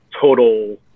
total